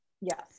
Yes